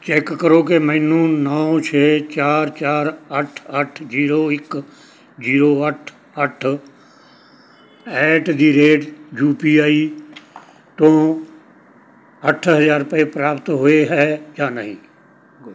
check ਕਰੋ ਕਿ ਮੈਨੂੰ ਨੌ ਛੇ ਚਾਰ ਚਾਰ ਅੱਠ ਅੱਠ ਜੀਰੋ ਇੱਕ ਜੀਰੋ ਅੱਠ ਅੱਠ ਐਟ ਦੀ ਰੇਟ ਯੂਪੀਆਈ ਤੋਂ ਅੱਠ ਹਜ਼ਾਰ ਰੁਪਏ ਪ੍ਰਾਪਤ ਹੋਏ ਹੈ ਜਾਂ ਨਹੀਂ